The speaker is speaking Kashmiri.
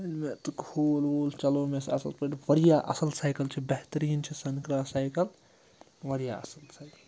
ییٚلہِ مےٚ تہٕ کھوٗل ووٗل چَلوو مےٚ سُہ اَصٕل پٲٹھۍ واریاہ اَصٕل سایکل چھِ بہتریٖن چھِ سَن کراس سایکَل واریاہ اَصٕل سایکل